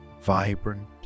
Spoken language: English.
vibrant